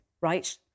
right